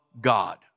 God